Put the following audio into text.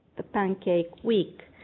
the pancake week